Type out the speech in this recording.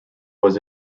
was